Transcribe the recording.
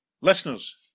listeners